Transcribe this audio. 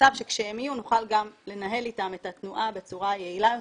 למצב שכשהם יהיו נוכל גם לנהל איתם את התנועה בצורה יעילה יותר.